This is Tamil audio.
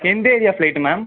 எந்த ஏரியா ஃப்ளைட்டு மேம்